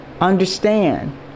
understand